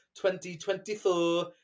2024